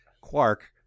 Quark